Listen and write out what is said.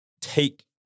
take